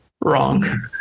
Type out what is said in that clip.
Wrong